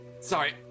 Sorry